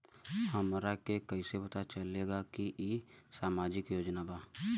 हमरा के कइसे पता चलेगा की इ सामाजिक योजना बा?